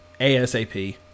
ASAP